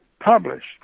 published